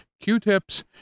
Q-tips